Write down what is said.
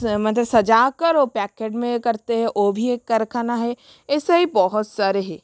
मतलब सजाकर और पैकेट में करते हैं ओ भी एक कारखाना है ऐसे ही बहुत सारे है